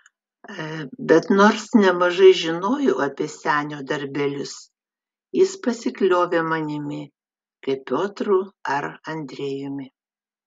bet nors nemažai žinojau apie senio darbelius jis pasikliovė manimi kaip piotru ar andrejumi